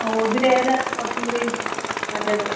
ഓ ഇതിലേതാ കുറച്ചും കൂടി നല്ലത്